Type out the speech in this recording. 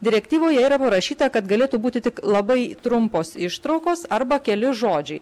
direktyvoje yra parašyta kad galėtų būti tik labai trumpos ištraukos arba keli žodžiai